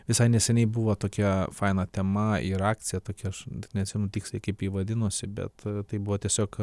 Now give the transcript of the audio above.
visai neseniai buvo tokia faina tema ir akcija tokia aš neatsimenu tiksliai kaip ji vadinosi bet tai buvo tiesiog